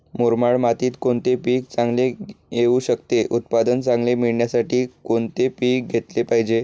मुरमाड मातीत कोणते पीक चांगले येऊ शकते? उत्पादन चांगले मिळण्यासाठी कोणते पीक घेतले पाहिजे?